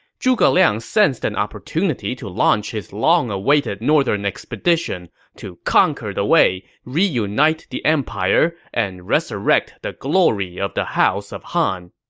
zhuge liang sensed an opportunity to launch his long-awaited northern expedition to conquer wei, reunite the empire, and resurrect the glory of the house of han.